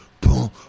boom